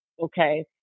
okay